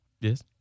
Yes